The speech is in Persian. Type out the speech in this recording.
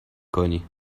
کنی